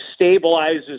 stabilizes